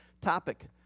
topic